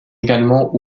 également